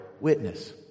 witness